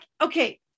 Okay